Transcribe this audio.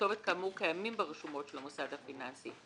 כתובת כאמור קיימים ברשומות של המוסד הפיננסי,